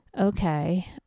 Okay